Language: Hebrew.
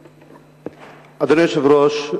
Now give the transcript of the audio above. בצורה, אדוני היושב-ראש,